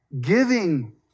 giving